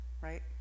Right